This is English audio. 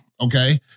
Okay